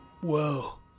Whoa